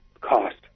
cost